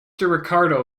ricardo